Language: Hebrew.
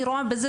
אני רואה בזה,